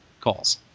calls